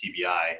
TBI